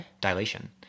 Dilation